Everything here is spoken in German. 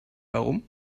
warum